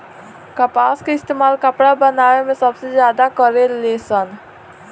कपास के इस्तेमाल कपड़ा बनावे मे सबसे ज्यादा करे लेन सन